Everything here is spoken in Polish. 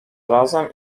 razem